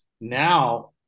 now